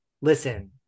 listen